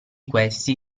questi